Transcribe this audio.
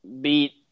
beat